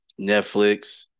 Netflix